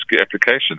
application